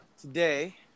today